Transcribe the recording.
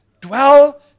dwell